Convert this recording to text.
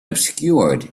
obscured